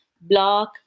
block